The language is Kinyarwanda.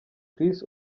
chris